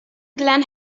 glen